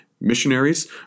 missionaries